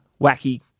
wacky